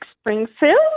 Springfield